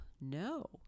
no